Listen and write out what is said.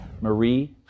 Marie